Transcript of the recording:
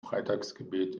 freitagsgebet